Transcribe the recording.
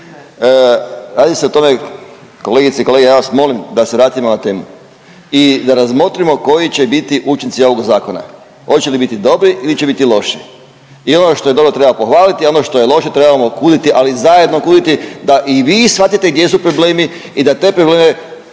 Radi se o tome kolegice i kolege ja vas molim da se vratimo na temu i da razmotrimo koji će biti učinci ovog zakona. Hoće li biti dobri ili će biti loši i ono što je dobro treba pohvaliti, a ono što je loše trebamo kuditi, ali zajedno kuditi da i vi shvatite gdje su problemi i da te probleme